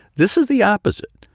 this is the opposite.